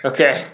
Okay